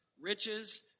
riches